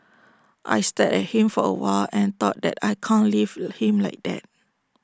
I stared at him for A while and thought that I can't leave him like that